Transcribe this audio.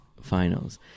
finals